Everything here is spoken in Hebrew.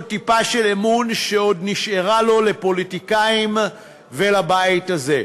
טיפה של אמון שעוד נשארה לו בפוליטיקאים ובבית הזה.